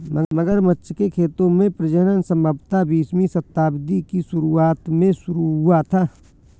मगरमच्छ के खेतों में प्रजनन संभवतः बीसवीं शताब्दी की शुरुआत में शुरू हुआ था